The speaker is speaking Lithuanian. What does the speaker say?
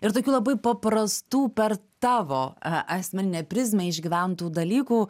ir tokių labai paprastų per tavo a asmeninę prizmę išgyventų dalykų